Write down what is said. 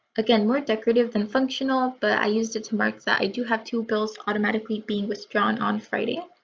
again more decorative than functional but i used it to mark that i do have two bills automatically being withdrawn on friday.